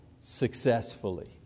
successfully